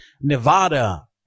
Nevada